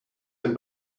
and